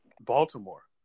Baltimore